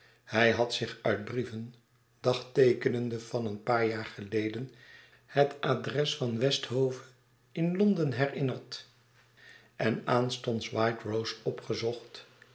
hij had zich uit brieven dagteekenende van een paar jaar geleden het adres van westhove in londen herinnerd en aanstonds white rose opgezocht